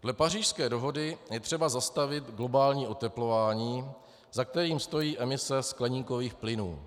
Dle Pařížské dohody je třeba zastavit globální oteplování, za kterým stojí emise skleníkových plynů.